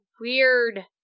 weird